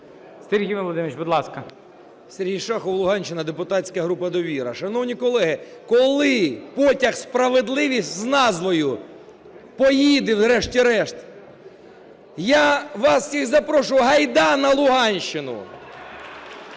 Сергій Володимирович, будь ласка. 17:33:07 ШАХОВ С.В. Сергій Шахов, Луганщина, депутатська група "Довіра". Шановні колеги, коли потяг "Справедливість" з назвою поїде, врешті-решт? Я вас всіх запрошую: гайда на Луганщину.